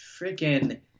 freaking